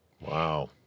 Wow